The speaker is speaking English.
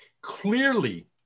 clearly